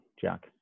Jack